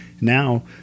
now